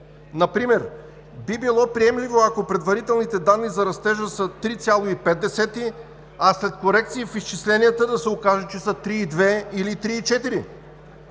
Например би било приемливо, ако предварителните данни за растежа са 3,5%, а след корекции в изчисленията да се окаже, че са 3,2% или 3,4%.